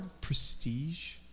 prestige